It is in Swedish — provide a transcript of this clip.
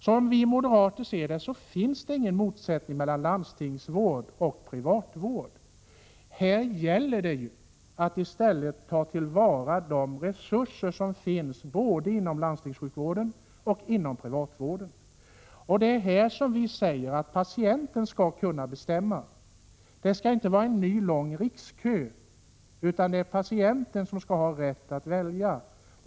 Enligt oss moderater finns det ingen motsättning mellan landstingsvård och privatvård. Här gäller det att ta till vara de resurser som finns både inom landstingssjukvården och inom privatsjukvården. Vi menar att patienten skall kunna bestämma. Det skall inte vara en ny lång rikskö, utan patienten skall ha rätt att välja.